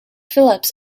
phillips